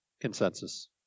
Consensus